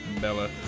Bella